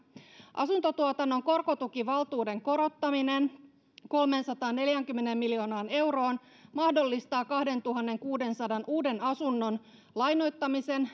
asuntotuotannon korkotukivaltuuden korottaminen kolmeensataanneljäänkymmeneen miljoonaan euroon mahdollistaa kahdentuhannenkuudensadan uuden asunnon lainoittamisen